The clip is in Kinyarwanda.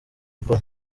gukora